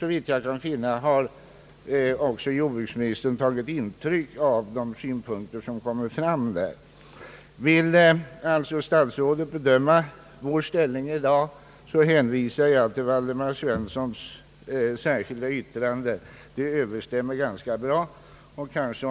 såvitt jag kan finna har även jordbruksministern tagit intryck av de synpunkter som där kommer fram. Vill alltså statsrådet bedöma vår ställning i dag, hänvisar jag till herr Waldemar Svenssons särskilda yttrande. De överensstämmer i allt väsentligt.